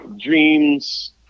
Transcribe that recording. dreams